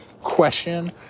question